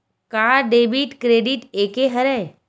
का debit credit एके हरय?